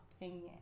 opinion